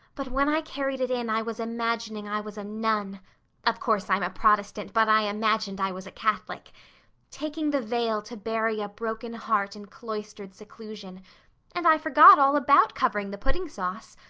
but when i carried it in i was imagining i was a nun of course i'm a protestant but i imagined i was a catholic taking the veil to bury a broken heart in cloistered seclusion and i forgot all about covering the pudding sauce.